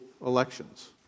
elections